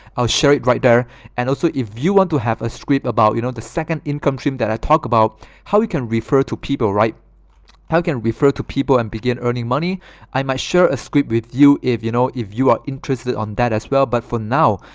i'll share it right there and also if you want to have a scrip about you know the second income stream that i talked about how you can refer to people right now can refer to people and begin earning money i might share a script with you if you know if you are interested on that as well but for now,